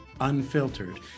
unfiltered